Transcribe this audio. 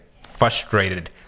frustrated